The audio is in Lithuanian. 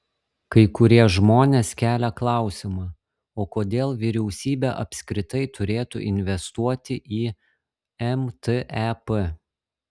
kai kurie žmonės kelia klausimą o kodėl vyriausybė apskritai turėtų investuoti į mtep